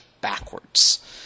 backwards